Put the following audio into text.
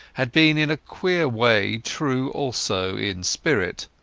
had been in a queer way true also in spirit.